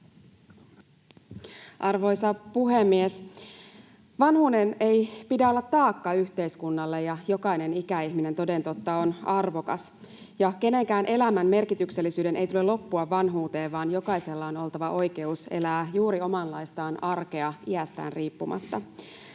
Arvoisa puhemies! Vanhuuden ei pidä olla taakka yhteiskunnalle, ja jokainen ikäihminen toden totta on arvokas. Kenenkään elämän merkityksellisyyden ei tule loppua vanhuuteen, vaan jokaisella on oltava oikeus elää juuri omanlaistaan arkea iästään riippumatta.